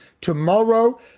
tomorrow